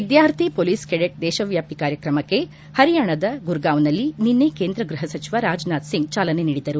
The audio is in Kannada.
ವಿದ್ಯಾರ್ಥಿ ಪೊಲೀಸ್ ಕೆಡೆಟ್ ದೇಶವ್ಯಾಪಿ ಕಾರ್ಯಕ್ರಮಕ್ಕೆ ಪರಿಯಾಣದ ಗುರ್ಗಾಂವ್ನಲ್ಲಿ ನಿನ್ನೆ ಕೇಂದ್ರ ಗೃಹ ಸಚಿವ ರಾಜನಾಥ್ ಸಿಂಗ್ ಚಾಲನೆ ನೀಡಿದರು